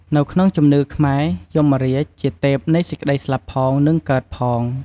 នៅក្នុងជំនឿខ្មែរ យមរាជជាទេពនៃសេចក្តីស្លាប់ផង និងកើតផង។